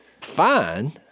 fine